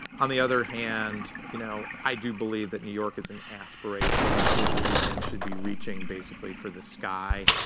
on the other hand, you know i do believe that new york is an aspirational city and should be reaching, basically, for the sky,